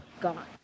Gone